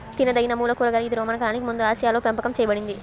తినదగినమూల కూరగాయ ఇది రోమన్ కాలానికి ముందుఆసియాలోపెంపకం చేయబడింది